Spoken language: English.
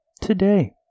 Today